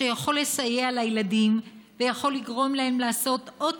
שיכול לסייע לילדים ויכול לגרום להם לעשות עוד